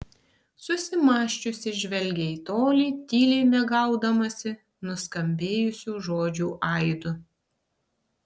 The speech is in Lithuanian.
susimąsčiusi žvelgė į tolį tyliai mėgaudamasi nuskambėjusių žodžių aidu